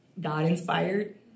God-inspired